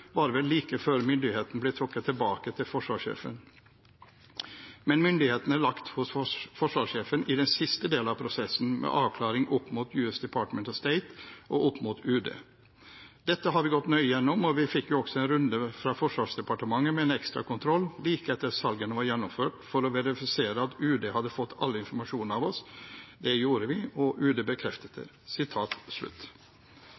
var vel like før myndigheten ble trukket tilbake til forsvarssjefen. Men myndigheten er lagt hos forsvarssjefen i den siste delen av prosessen, med avklaring opp mot US Department of State og opp mot UD. Dette har vi gått nøye gjennom, og vi fikk jo også en runde fra Forsvarsdepartementet med en ekstrakontroll like etter at salgene var gjennomført, for å verifisere at UD hadde fått all informasjon av oss. Det gjorde vi, og UD bekreftet